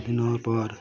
স্বাধীন হওয়ার পর